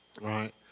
Right